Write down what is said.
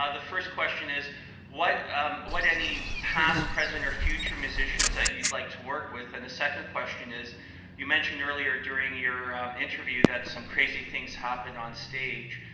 ah the first question is what um what any past, present or future musicians that you'd like to work with? and the second question is you mentioned earlier during your interview that some crazy things happened on stage.